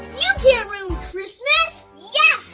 you can't ruin christmas! yeah!